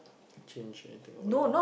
change anything or it